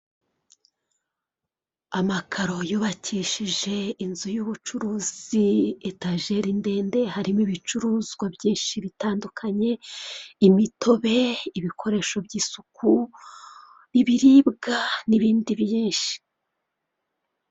Amakaro yubakishije inzu y'ubucuruzi, etajeri ndende, harimo ibicuruzwa byinshi bitandukanye imitobe, ibikoresho by'isuku ibiribwa n'ibindi byinshi.